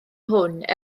hwn